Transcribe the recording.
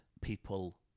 people